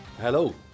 Hello